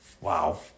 Wow